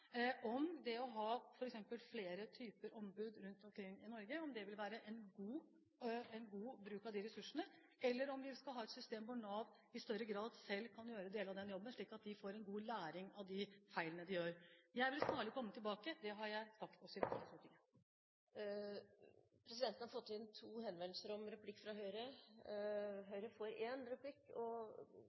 om det å ha f.eks. flere typer ombud rundt omkring i Norge vil være god bruk av ressursene, eller om vi skal ha et system hvor Nav i større grad selv kan gjøre deler av den jobben, slik at de får god læring av de feilene de gjør. Jeg vil snarlig komme tilbake – det har jeg sagt – også til Stortinget. Presidenten har fått inn to henvendelser om replikk fra Høyre. Høyre får én replikk.